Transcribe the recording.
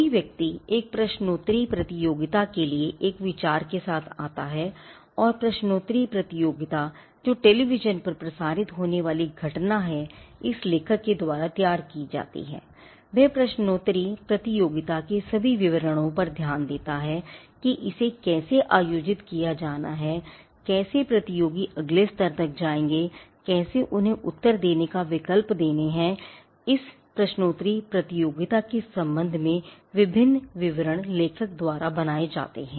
कोई व्यक्ति एक प्रश्नोत्तरी प्रतियोगिता के लिए एक विचार के साथ आता है और प्रश्नोत्तरी प्रतियोगिता जो टेलीविजन पर प्रसारित होने वाली घटना हैइस लेखक द्वारा तैयार की जाती है और वह प्रश्नोत्तरी प्रतियोगिता के सभी विवरणों पर ध्यान देता है कि इसे कैसे आयोजित किया जाना हैकैसे प्रतियोगी अगले स्तर पर जाएंगे कि कैसे उन्हें उत्तर देने का विकल्प देने हैं इस प्रश्नोत्तरी प्रतियोगिता के संबंध में विभिन्न विवरण लेखक द्वारा बनाए जाते है